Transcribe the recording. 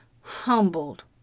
humbled